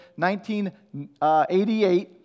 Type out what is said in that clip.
1988